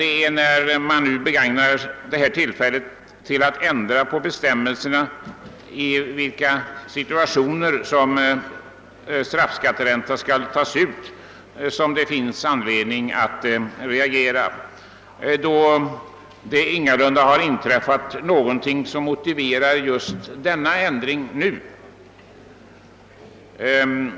När man samtidigt begagnar tillfället till att ändra bestämmelserna om i vilka situationer som straffränta skall tas ut finns det emellertid anledning att reagera. Det har ingalunda inträffat någonting som motiverar en ändring just nu.